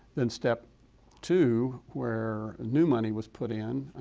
then step two, where new money was put in,